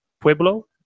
pueblo